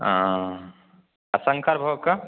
हाँ आ शङ्करभोग कऽ